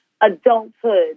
adulthood